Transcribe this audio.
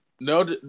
no